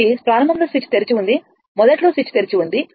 కాబట్టి ప్రారంభంలో స్విచ్ తెరిచి ఉంది మొదట్లో స్విచ్ తెరిచి ఉంది